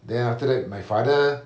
then after that my father